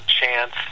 chance